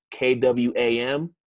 KWAM